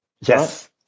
yes